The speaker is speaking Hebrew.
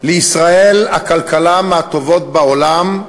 לישראל הכלכלה מהטובות בעולם,